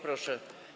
Proszę.